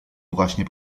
właśnie